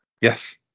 Yes